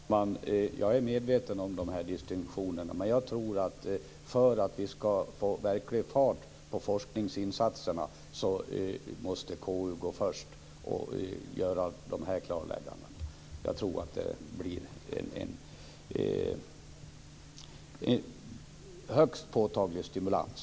Fru talman! Jag är medveten om de här distinktionerna men för att vi verkligen skall få fart på forskningsinsatserna tror jag att KU måste gå först och göra klarlägganden. Det tror jag blir en högst påtaglig stimulans.